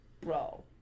Bro